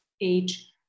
age